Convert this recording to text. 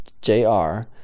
J-R